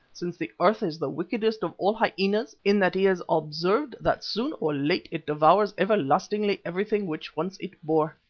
since the earth is the wickedest of all hyenas, in that he has observed that soon or late it devours everlastingly everything which once it bore.